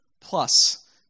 Plus